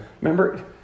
Remember